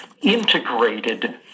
integrated